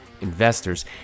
investors